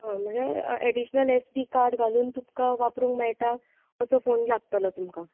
हय म्हणजे additional SD card घालून तुमकां वापरूंक मेळटा असो फोन लागतलो तुमकां